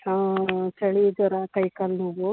ಹಾಂ ಚಳಿ ಜ್ವರ ಕೈ ಕಾಲು ನೋವು